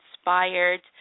Inspired